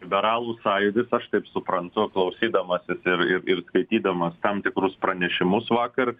liberalų sąjūdis aš taip suprantu klausydamasis ir ir ir skaitydamas tam tikrus pranešimus vakar